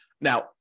Now